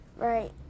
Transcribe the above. Right